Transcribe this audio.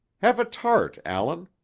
have a tart, allan.